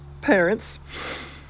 Parents